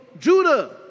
Judah